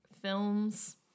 films